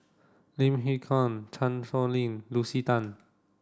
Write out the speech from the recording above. Lim Hak Con Chan Sow Lin Lucy Tan